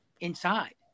inside